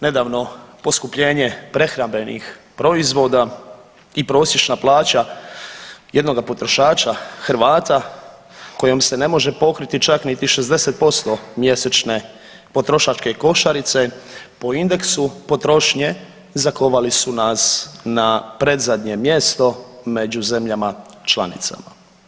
Nedavno poskupljenje prehrambenih proizvoda i prosječna plaća jednoga potrošača Hrvata kojom se ne može pokriti čak ni 60% mjesečne potrošačke košarice po indeksu potrošnje zakovali su nas predzadnje mjesto među zemljama članicama.